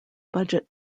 budget